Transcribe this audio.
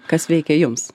kas veikia jums